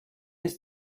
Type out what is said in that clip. ist